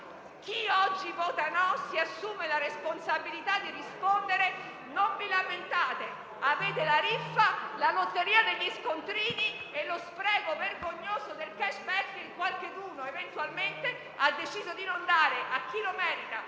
la mozione si assume la responsabilità di rispondere: non vi lamentate, avete la riffa, la lotteria degli scontrini e lo spreco vergognoso del *cashback* (che qualcuno ha deciso di non dare a chi lo merita,